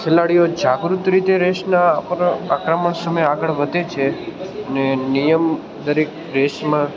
ખેલાડીઓ જાગૃત રીતે રેસના આક્રમણ સમયે આગળ વધે છે ને નિયમ દરેક રેસમાં